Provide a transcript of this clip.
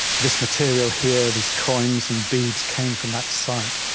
this material here, these coins and beads, came from that site.